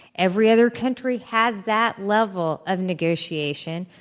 every other country has that level of negotiation.